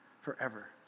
forever